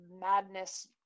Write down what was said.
madness